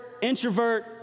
introvert